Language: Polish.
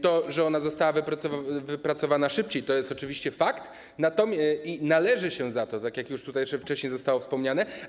To, że ona została wypracowana szybciej, to jest oczywiście fakt, ona należy się za to, tak jak już tutaj wcześniej zostało wspomniane.